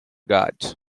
guards